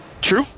True